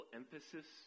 emphasis